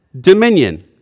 dominion